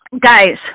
guys